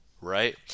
right